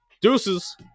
Deuces